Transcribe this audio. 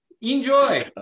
enjoy